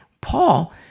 Paul